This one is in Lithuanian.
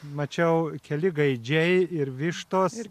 mačiau keli gaidžiai ir vištos